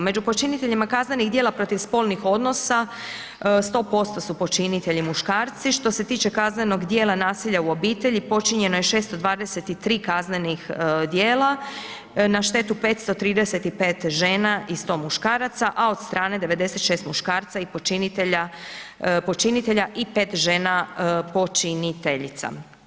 Među počiniteljima kaznenih djela protiv spolnih odnosa 100% su počinitelji muškarci, što se tiče kaznenog djela nasilja u obitelji počinjena je 623 kaznenih djela na štetu 535 žena i 100 muškaraca, a od strane 96 muškarca i počinitelja, počinitelja i 5 žena počiniteljica.